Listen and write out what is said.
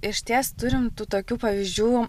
išties turim tų tokių pavyzdžių